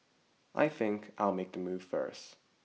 I think I'll make a move first